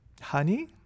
honey